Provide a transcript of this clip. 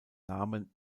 namen